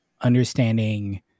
understanding